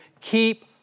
keep